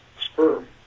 sperm